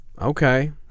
okay